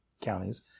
counties